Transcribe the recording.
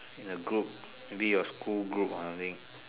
in a group maybe your school group or something